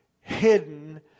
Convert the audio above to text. hidden